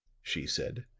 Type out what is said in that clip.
she said.